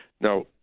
Now